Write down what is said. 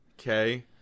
Okay